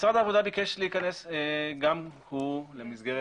משרד העבודה ביקש להיכנס גם הוא למסגרת